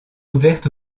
ouvertes